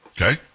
Okay